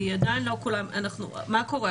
מה קורה?